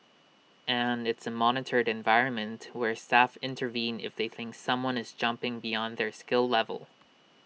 and it's A monitored environment where staff intervene if they think someone is jumping beyond their skill level